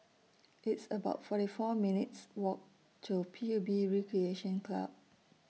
It's about forty four minutes' Walk to P U B Recreation Club